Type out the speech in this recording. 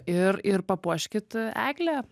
ir ir papuoškit eglę